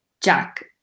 Jack